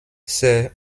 c’est